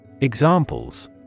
Examples